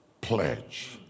pledge